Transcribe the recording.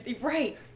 Right